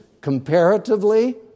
comparatively